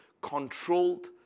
Controlled